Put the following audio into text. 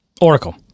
oracle